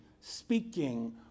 speaking